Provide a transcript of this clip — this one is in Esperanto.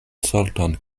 sorton